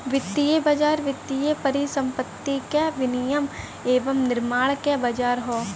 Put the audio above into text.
वित्तीय बाज़ार वित्तीय परिसंपत्ति क विनियम एवं निर्माण क बाज़ार हौ